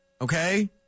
okay